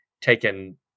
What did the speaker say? taken